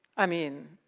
i mean,